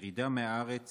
וירידה מהארץ